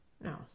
No